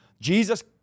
Jesus